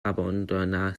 abandonna